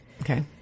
Okay